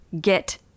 get